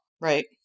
right